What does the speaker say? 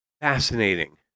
Fascinating